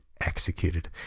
executed